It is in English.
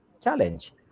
challenge